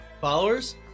Followers